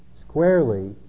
squarely